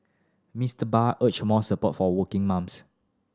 Mister Bay urged more support for working mums